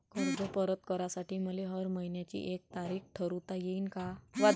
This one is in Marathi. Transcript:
कर्ज परत करासाठी मले हर मइन्याची एक तारीख ठरुता येईन का?